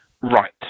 Right